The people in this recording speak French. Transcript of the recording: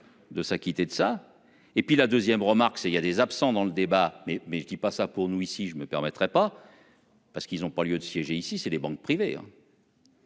De s'acquitter de ça et puis la 2ème remarque c'est il y a des absents dans le débat mais, mais je ne dis pas ça pour nous ici, je me permettrai pas.-- Parce qu'ils ont pas lieu de siéger ici c'est des banques privées.--